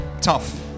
tough